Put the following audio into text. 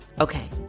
Okay